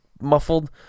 muffled